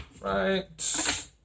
Right